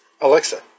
Alexa